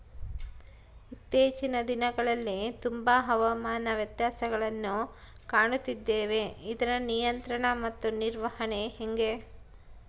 ಇತ್ತೇಚಿನ ದಿನಗಳಲ್ಲಿ ತುಂಬಾ ಹವಾಮಾನ ವ್ಯತ್ಯಾಸಗಳನ್ನು ಕಾಣುತ್ತಿದ್ದೇವೆ ಇದರ ನಿಯಂತ್ರಣ ಮತ್ತು ನಿರ್ವಹಣೆ ಹೆಂಗೆ?